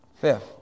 Fifth